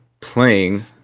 playing